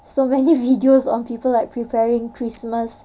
so many videos of people like preparing christmas